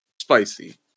spicy